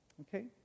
Okay